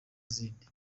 zindi